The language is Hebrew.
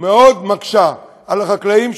מאוד מקשה על החקלאים.